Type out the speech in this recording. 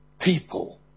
People